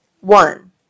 one